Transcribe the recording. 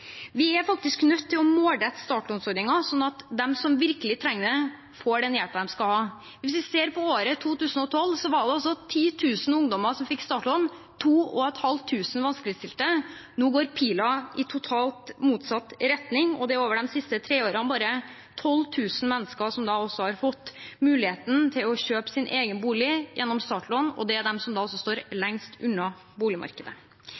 Vi er faktisk nødt til å målrette startlånsordningen slik at de som virkelig trenger det, får den hjelpen de skal ha. Hvis vi ser på året 2012, var det 10 000 ungdommer som fikk startlån, og av dem 2 500 vanskeligstilte. Nå går pilen i totalt motsatt retning. Bare over de siste tre årene har 12 000 mennesker fått muligheten til å kjøpe sin egen bolig gjennom startlån, og det er dem som står lengst unna boligmarkedet. Jeg synes også